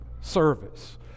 service